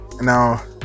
now